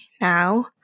now